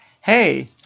hey